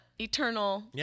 eternal